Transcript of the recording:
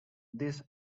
these